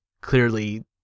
clearly